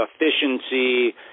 efficiency